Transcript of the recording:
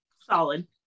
Solid